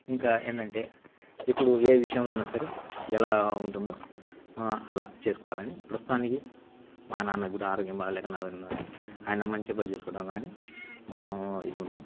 ఇంకా ఏందంటే ఇప్పుడు ఏ విషయంలోనా సరే ఎలా ఉంటుందో అలా చేసుకోవాలని ప్రస్తుతానికి మా నాన్న కూడా ఆరోగ్యం బాగాలేక నడలేకున్నారు ఆయన మంచి పనులు చూసుకోవడంలో కానీ మొత్తం ఇదుంది